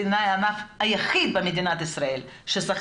תאמינו לי שבעיניי זה הענף היחיד במדינת ישראל שהשכר